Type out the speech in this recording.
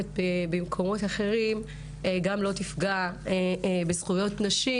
במקומות אחרים לא תפגע בזכויות נשים,